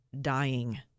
dying